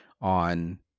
on